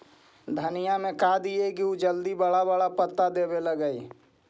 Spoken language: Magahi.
धनिया में का दियै कि उ जल्दी बड़ा बड़ा पता देवे लगै?